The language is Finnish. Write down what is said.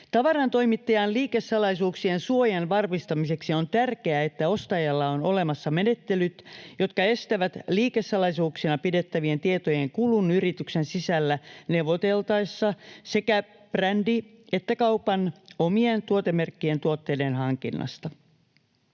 Tavarantoimittajan liikesalaisuuksien suojan varmistamiseksi on tärkeää, että ostajalla on olemassa menettelyt, jotka estävät liikesalaisuuksina pidettävien tietojen kulun yrityksen sisällä neuvoteltaessa sekä brändi- että kaupan omien tuotemerkkien tuotteiden hankinnasta.